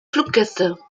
fluggäste